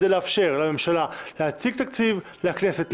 כדי לאפשר לממשלה להציג תקציב לכנסת,